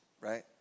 Right